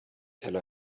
tel